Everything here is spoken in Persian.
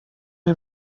این